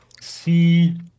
see